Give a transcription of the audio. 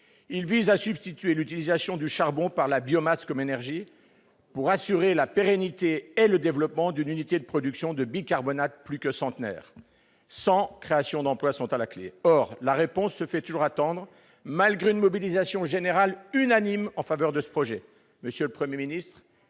Il vise à substituer la biomasse au charbon comme énergie pour assurer la pérennité et le développement d'une unité de production de bicarbonate plus que centenaire, avec, à la clé, la création de 100 emplois. Or la réponse se fait toujours attendre, malgré une mobilisation générale unanime en faveur de ce projet.